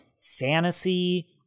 fantasy